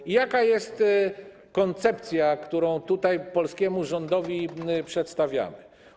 I jaka jest koncepcja, którą tutaj polskiemu rządowi przedstawiamy?